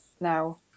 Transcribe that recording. now